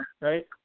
right